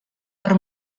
per